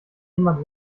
jemand